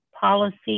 Policy